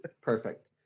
Perfect